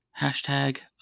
Hashtag